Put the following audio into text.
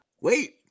wait